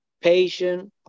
patient